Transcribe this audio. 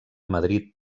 madrid